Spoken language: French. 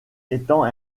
étant